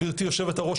גבירתי יושבת-הראש,